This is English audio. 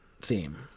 theme